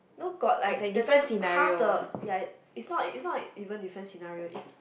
know got that time half the ya it's not it's not even different scenario